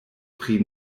pri